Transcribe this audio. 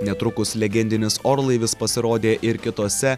netrukus legendinis orlaivis pasirodė ir kitose